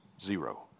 Zero